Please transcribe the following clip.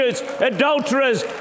adulterers